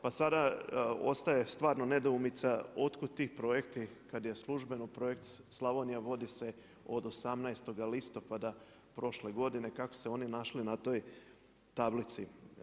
Pa sada ostaje stvarno nedoumica otkud ti projekti kada je službeno projekt Slavonija vodi se od 18.-oga listopada prošle godine kako su se oni našli na toj tablici.